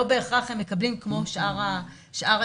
לא בהכרח הם מקבלים כמו שאר היישובים.